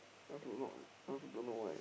I also do not I also don't know why